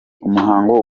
umuhango